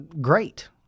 Great